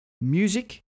music